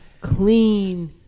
clean